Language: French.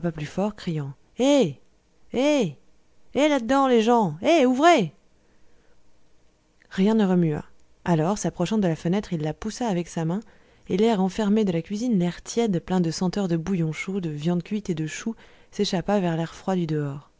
plus fort criant hé hé hé là dedans les gens hé ouvrez rien ne remua alors s'approchant de la fenêtre il la poussa avec sa main et l'air enfermé de la cuisine l'air tiède plein de senteurs de bouillon chaud de viande cuite et de choux s'échappa vers l'air froid du dehors